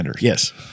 Yes